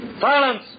Silence